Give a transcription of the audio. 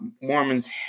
mormons